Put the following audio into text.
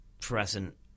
present